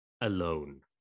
alone